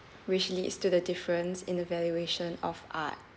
which leads to the difference in the valuation of art